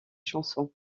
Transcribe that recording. chansons